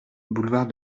boulevard